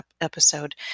episode